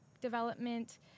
development